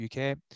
uk